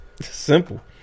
Simple